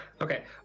Okay